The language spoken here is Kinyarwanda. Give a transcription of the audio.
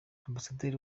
amabasaderi